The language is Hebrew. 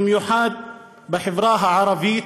ובמיוחד בחברה הערבית,